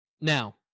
Now